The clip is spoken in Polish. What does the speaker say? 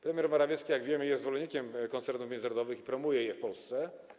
Premier Morawiecki, jak wiemy, jest zwolennikiem koncernów międzynarodowych, promuje je w Polsce.